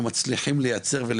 אנחנו צריכים לעצב את התרבות שלנו,